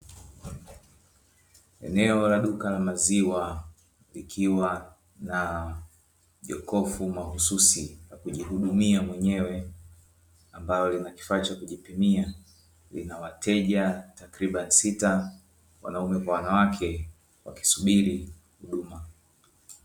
Eneo la duka la maziwa likiwa na jokofu mahususi la kujihudumia mwenyewe ambalo lina kifaa cha kujipimia, lina wateja takribani sita wanaume kwa wanawake wakisubiri huduma.